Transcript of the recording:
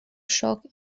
shock